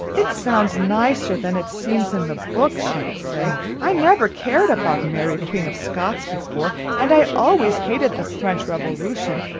it sounds nicer than it seems in the book, she would say. i never cared about mary, queen of scots, before, and i always hated the french revolution,